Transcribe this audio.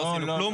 לא עשינו כלום.